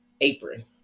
apron